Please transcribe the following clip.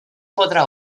podrà